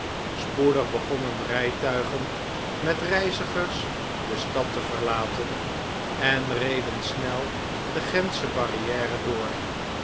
spoedig begonnen rijtuigen met reizigers de stad te verlaten en reden snel de gentsche barriere door